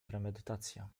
premedytacja